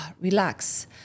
relax